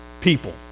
people